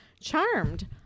Charmed